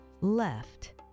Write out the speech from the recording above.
left